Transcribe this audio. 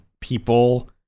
people